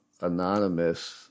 Anonymous